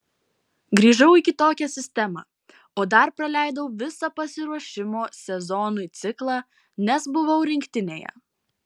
grįžau į kitokią sistemą o dar praleidau visą pasiruošimo sezonui ciklą nes buvau rinktinėje